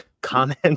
comment